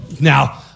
Now